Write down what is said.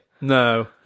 No